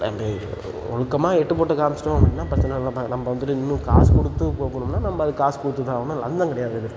அந்த ஒழுக்கமா எட்டு போட்டு காமிச்சுட்டோம் அப்படின்னா பிரச்சினல்ல தான் நம்ம வந்துட்டு இன்னும் காசு கொடுத்து போகணும்னால் நம்ம அதுக்கு காசுக் கொடுத்து தான் ஆகணும் லஞ்சம் கிடையாது அது